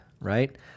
right